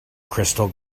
crystal